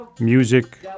music